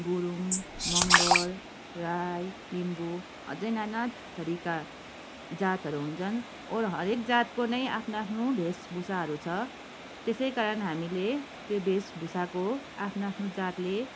गुरुङ मगर राई लिम्बू अझै नाना थरिका जातहरू हुन्छन् ओर हरेक जातको नै आफ्नो आफ्नो वेशभूषाहरू छ त्यसै कारण हामीले त्यो वेशभूषाको आफ्नो आफ्नो जातले